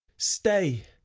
stay,